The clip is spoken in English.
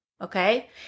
Okay